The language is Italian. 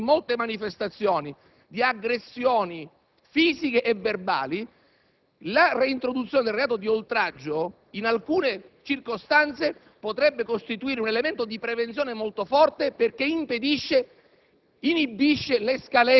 repressione - oggetto, in molte manifestazioni, di aggressioni fisiche e verbali, la reintroduzione del reato di oltraggio in alcune circostanze potrebbe costituire un elemento di prevenzione molto forte perché impedisce